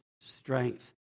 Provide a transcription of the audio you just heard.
strength